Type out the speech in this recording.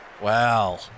Wow